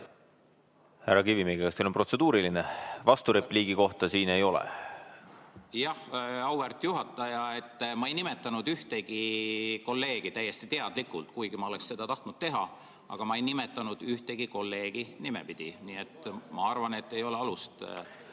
Härra Kivimägi, kas teil on protseduuriline? Vasturepliigi kohta siin ei ole. Jah, auväärt juhataja! Ma ei nimetanud ühtegi kolleegi täiesti teadlikult, kuigi ma oleksin seda tahtnud teha, aga ma ei nimetanud ühtegi kolleegi nimepidi. Nii et ma arvan, et ei ole alust